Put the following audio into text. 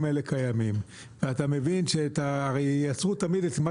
האלה קיימים ואתה מבין שייצרו תמיד את מה